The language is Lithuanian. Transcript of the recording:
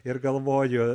ir galvoju